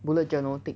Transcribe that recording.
bullet journal thick